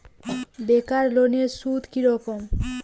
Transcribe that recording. বেকার লোনের সুদ কি রকম?